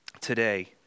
today